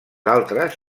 altres